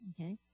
okay